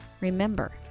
Remember